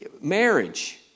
Marriage